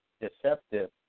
deceptive